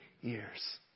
years